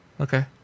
Okay